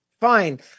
Fine